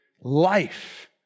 Life